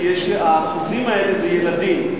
כי האחוזים האלה זה ילדים.